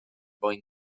mwyn